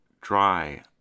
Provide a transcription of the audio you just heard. dry